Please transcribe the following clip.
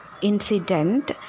incident